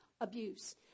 abuse